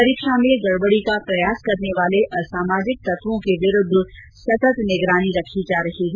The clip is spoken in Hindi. परीक्षा में गडबडी का प्रयास करने वाले असामाजिक तत्वों के विरूद्व सतत् निगरानी रखी जा रही है